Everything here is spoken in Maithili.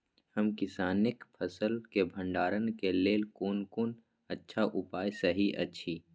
हम किसानके फसल के भंडारण के लेल कोन कोन अच्छा उपाय सहि अछि?